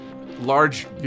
large